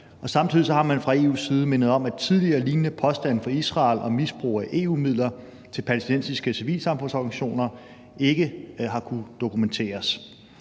Samtidig har man fra EU's side mindet om, at tidligere lignende påstande fra Israel om misbrug af EU-midler til palæstinensiske civilsamfundsorganisationer ikke har kunnet dokumenteres.